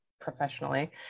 professionally